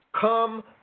come